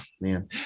man